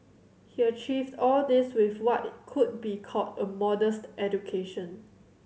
he achieved all this with what could be called a modest education